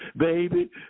baby